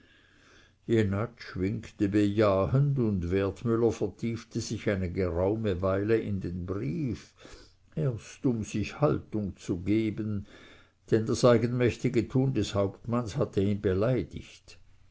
jenatsch winkte bejahend und wertmüller vertiefte sich eine geraume weile in den brief erst um sich haltung zu geben denn das eigenmächtige tun des hauptmanns hatte ihn beleidigt